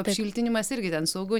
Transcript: apšiltinimas irgi ten saugu